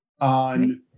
on